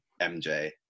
MJ